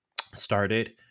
started